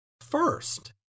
first